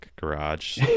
garage